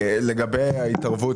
לגבי ההתערבות.